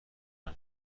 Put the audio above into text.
راه